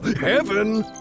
heaven